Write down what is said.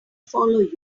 follow